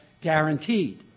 guaranteed